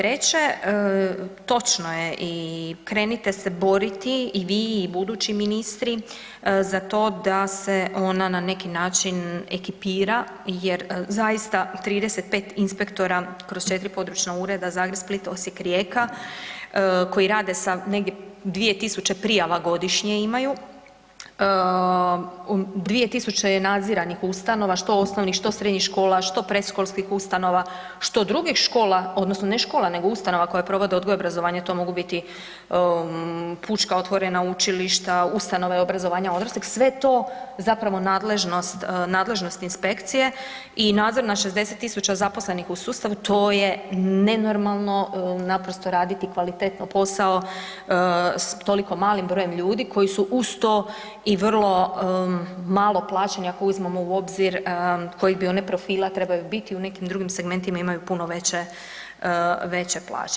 Treće, točno je i krenite se boriti i vi i budući ministri za to da se ono na neki način ekipira jer zaista 35 inspektora kroz 4 područna ureda Zagreb, Split, Osijek, Rijeka koji rade sa negdje 2.000 prijava godišnje imaju, 2.000 je nadziranih ustanova što osnovnih, što srednjih škola, što predškolskih ustanova što drugih škola odnosno ne škola, nego ustanova koje provode odgoj i obrazovanje to mogu biti pučka otvorena učilišta, ustanove obrazovanja odraslih, sve je to zapravo nadležnost, nadležnost inspekcije i nadzor nad 60.000 zaposlenih u sustavu to je nenormalno naprosto raditi kvalitetno posao s toliko malim brojem ljudi koji su uz to i vrlo malo plaćeni ako uzmemo u obzir kojeg oni profila trebaju biti u nekim drugim segmentima imaju puno veće, veće plaće.